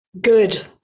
Good